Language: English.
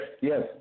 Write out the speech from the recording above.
yes